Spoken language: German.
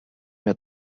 mehr